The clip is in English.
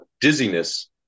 dizziness